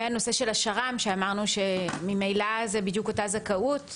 ואת נושא השר"מ שאמרנו שממילא זאת בדיוק אותה זכאות.